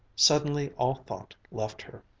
suddenly all thought left her.